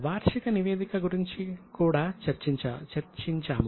వార్షిక నివేదిక గురించి కూడా చర్చించాము